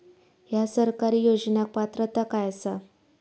हया सरकारी योजनाक पात्रता काय आसा?